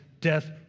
death